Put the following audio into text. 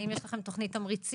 האם יש לכם תוכנית תמריצים?